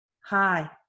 hi